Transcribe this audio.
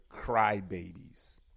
crybabies